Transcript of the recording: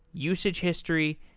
usage history,